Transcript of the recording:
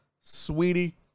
sweetie